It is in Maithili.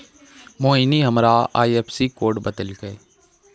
मोहिनी हमरा आई.एफ.एस.सी कोड बतैलकै